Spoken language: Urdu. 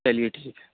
چلیے ٹھیک ہے